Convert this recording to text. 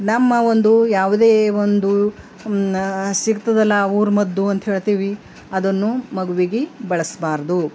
ನಮ್ಮ ಒಂದು ಯಾವುದೇ ಒಂದು ಸಿಗ್ತದಲ್ಲ ಊರ ಮದ್ದು ಅಂತ್ಹೇಳ್ತಿವಿ ಅದನ್ನು ಮಗುವಿಗೆ ಬಳಸಬಾರ್ದು